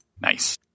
Nice